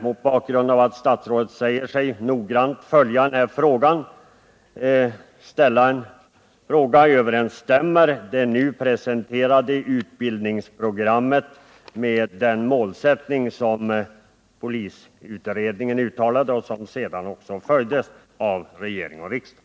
Mot bakgrund av att statsrådet säger sig noggrant följa denna sak vill jag ställa en fråga: Överensstämmer det nu presenterade utbildningsprogrammet med den målsättning som polisutredningen uttalade och som sedan också följdes av regering och riksdag?